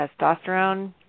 testosterone